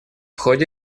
ходе